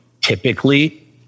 typically